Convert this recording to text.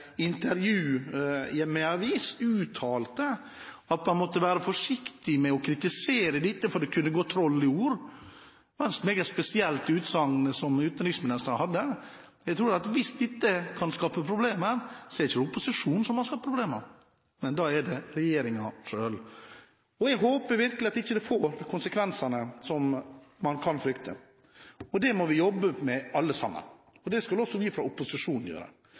intervju i en avis, at man måtte være forsiktig med å kritisere dette, for det kunne gå troll i ord – et meget spesielt utsagn fra utenriksministeren. Jeg tror at hvis dette kan skape problemer, er det ikke opposisjonen som har skapt problemer, men det er regjeringen selv. Jeg håper virkelig det ikke får de konsekvensene man kan frykte. Dette må vi jobbe med, alle sammen. Det skal også vi fra opposisjonen gjøre,